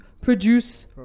produce